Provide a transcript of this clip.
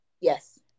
Yes